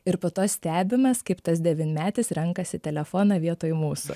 ir po to stebimės kaip tas devynmetis renkasi telefoną vietoj mūsų